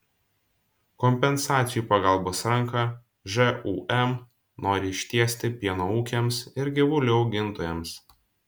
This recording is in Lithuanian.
kompensacijų pagalbos ranką žūm nori ištiesti pieno ūkiams ir gyvulių augintojams